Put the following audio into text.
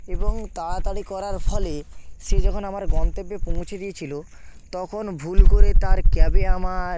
এবং তাড়াতাড়ি করার ফলে সে যখন আমার গন্তব্যে পৌঁছে দিয়েছিল তখন ভুল করে তার ক্যাবে আমার